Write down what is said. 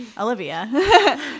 Olivia